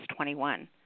21